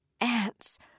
ants